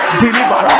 deliver